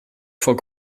vor